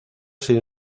sido